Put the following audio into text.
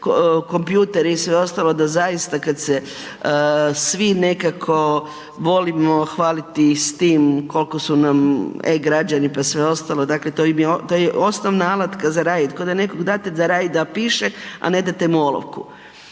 kompjutere i sve ostalo da zaista kad se svi nekako volimo hvaliti i s tim kolko su nam e-građani, pa sve ostalo, dakle to je osnovna alatka za radit, koda nekog date za radit da piše, a ne date mu olovku.